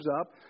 up